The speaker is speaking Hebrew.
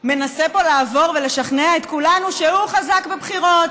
מנסה פה לעבור ולשכנע את כולנו שהוא חזק בבחירות,